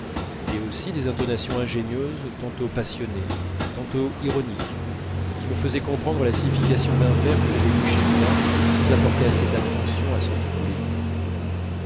et aussi des intonations ingénieuses tantôt passionnées tantôt ironiques qui me faisaient comprendre la signification d'un vers que j'avais lu chez moi sans apporter assez d'attention à ce qu'il voulait dire